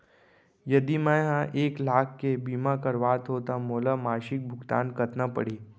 यदि मैं ह एक लाख के बीमा करवात हो त मोला मासिक भुगतान कतना पड़ही?